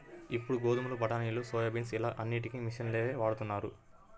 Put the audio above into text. ఇప్పుడు గోధుమలు, బఠానీలు, సోయాబీన్స్ ఇలా అన్నిటికీ మిషన్లనే వాడుతున్నారు